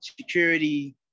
security